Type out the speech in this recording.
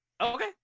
Okay